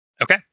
Okay